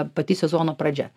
pati sezono pradžia